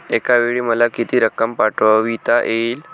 एकावेळी मला किती रक्कम पाठविता येईल?